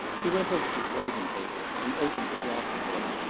he went over to the writing-table and opened the blotting-book.